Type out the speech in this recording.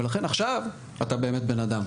ולכן עכשיו אתה באמת בן אדם.